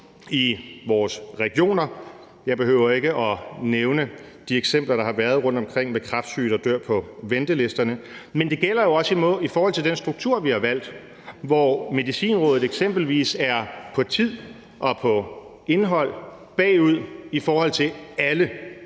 i vores regioner – jeg behøver ikke at nævne de eksempler, der har været rundtomkring, med kræftsyge, der dør på ventelisterne – men også i forhold til den struktur, vi har valgt, hvor Medicinrådet eksempelvis på tid og på indhold er bagud i forhold til alle